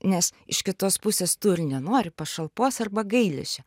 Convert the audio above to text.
nes iš kitos pusės tu ir nori pašalpos arba gailesčio